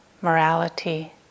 morality